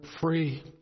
free